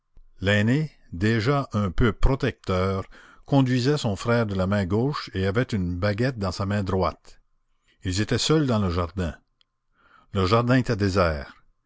l'aîné déjà un peu protecteur conduisait son frère de la main gauche et avait une baguette dans sa main droite ils étaient seuls dans le jardin le jardin était désert